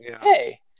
Hey